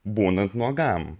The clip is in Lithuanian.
būnant nuogam